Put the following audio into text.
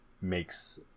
makes